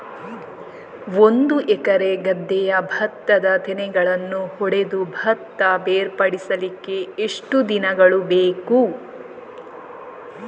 ಒಂದು ಎಕರೆ ಗದ್ದೆಯ ಭತ್ತದ ತೆನೆಗಳನ್ನು ಹೊಡೆದು ಭತ್ತ ಬೇರ್ಪಡಿಸಲಿಕ್ಕೆ ಎಷ್ಟು ದಿನಗಳು ಬೇಕು?